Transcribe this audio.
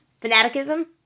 fanaticism